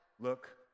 look